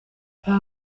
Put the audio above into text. aba